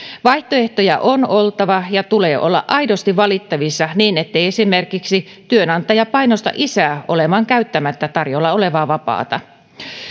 vaihtoehtoja on oltava ja tulee olla aidosti valittavissa niin ettei esimerkiksi työnantaja painosta isää olemaan käyttämättä tarjolla olevaa vapaata